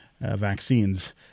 vaccines